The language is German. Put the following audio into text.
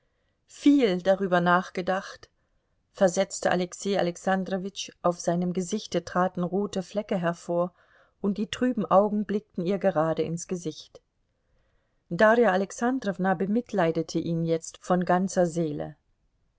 viel darüber nachgedacht versetzte alexei alexandrowitsch auf seinem gesichte traten rote flecke hervor und die trüben augen blickten ihr gerade ins gesicht darja alexandrowna bemitleidete ihn jetzt von ganzer seele